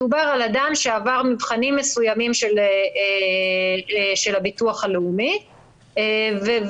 מדובר על אדם שעבר מבחנים מסוימים של הביטוח הלאומי ולזכור